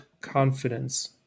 confidence